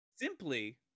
Simply